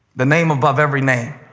the name above every name,